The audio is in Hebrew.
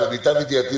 למיטב ידיעתי,